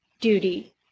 duty